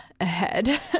ahead